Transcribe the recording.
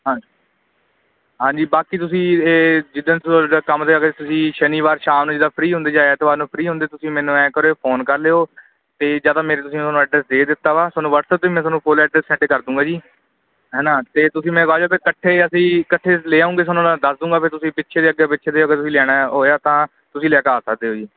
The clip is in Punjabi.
ਹਾਂਜੀ ਹਾਂਜੀ ਬਾਕੀ ਤੁਸੀਂ ਇਹ ਜਿੱਦਣ ਤੁਹਾਡਾ ਕੰਮ 'ਤੇ ਅਗਰ ਤੁਸੀਂ ਸ਼ਨੀਵਾਰ ਸ਼ਾਮ ਨੂੰ ਜਿੱਦਾਂ ਫਰੀ ਹੁੰਦੇ ਜਾਂ ਐਤਵਾਰ ਨੂੰ ਫਰੀ ਹੁੰਦੇ ਤੁਸੀਂ ਮੈਨੂੰ ਐਂ ਕਰਿਓ ਫੋਨ ਕਰ ਲਿਓ ਅਤੇ ਜਾਂ ਤਾਂ ਮੇਰੇ ਤੁਸੀਂ ਹੁਣ ਐਡਰੈੱਸ ਦੇ ਦਿੱਤਾ ਵਾ ਤੁਹਾਨੂੰ ਵਟਸਐਪ 'ਤੇ ਮੈਂ ਤੁਹਾਨੂੰ ਫੁੱਲ ਐਡ੍ਰੈਸ ਸੈਂਡ ਕਰ ਦੂੰਗਾ ਜੀ ਹੈ ਨਾ ਅਤੇ ਤੁਸੀਂ ਮੈਂ ਬਾਅਦ ਚੋਂ ਤਾਂ ਇਕੱਠੇ ਅਸੀਂ ਇਕੱਠੇ ਲੈ ਆਉਂਗੇ ਤੁਹਾਨੂੰ ਮੈਂ ਦੱਸ ਦੂੰਗਾ ਤੁਸੀਂ ਪਿੱਛੇ ਦੇ ਅਗਰ ਪਿੱਛੇ ਦੇ ਅਗਰ ਤੁਸੀਂ ਲੈਣਾ ਹੋਇਆ ਤਾਂ ਤੁਸੀਂ ਲੈ ਕੇ ਆ ਸਕਦੇ ਹੋ ਜੀ